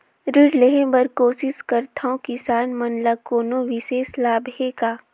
ऋण लेहे बर कोशिश करथवं, किसान मन ल कोनो विशेष लाभ हे का?